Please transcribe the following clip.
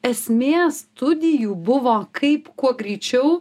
esmė studijų buvo kaip kuo greičiau